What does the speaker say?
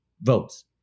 votes